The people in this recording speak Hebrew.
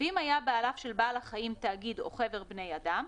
ואם היה בעליו של בעל החיים תאגיד או חבר בני אדם,